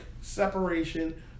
separation